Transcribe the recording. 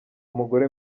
umugore